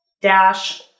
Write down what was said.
dash